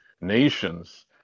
nations